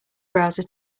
browser